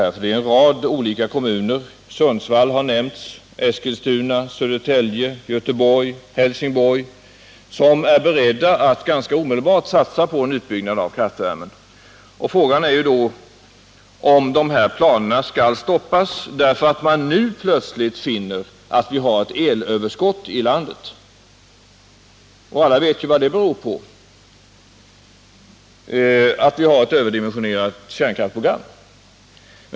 Det är en rad olika kommuner — Sundsvall, Eskilstuna, Södertälje, Göteborg, Helsingborg för att nämna några — som är beredda att ganska snart satsa på en utbyggnad av kraftvärmen. Frågan är då om dessa planer skall stoppas därför att man nu plötsligt finner att vi har ett elöverskott i landet. Och alla vet ju vad det beror på — att vi har ett överdimensionerat kärnkraftsprogram.